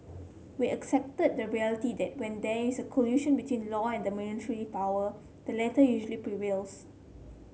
we accept the reality that when there is a collision between law and military power the latter usually prevails